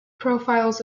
profiles